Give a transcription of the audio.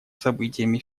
событиями